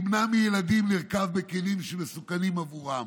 ימנע מילדים לרכוב בכלים שמסוכנים בעבורם.